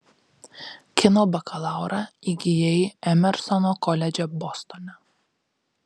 kino bakalaurą įgijai emersono koledže bostone